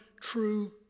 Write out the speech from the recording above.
true